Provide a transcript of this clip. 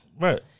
Right